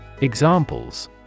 Examples